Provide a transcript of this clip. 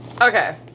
Okay